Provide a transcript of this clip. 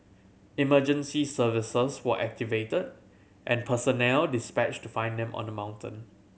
emergency services were activated and personnel dispatched to find them on the mountain